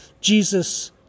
Jesus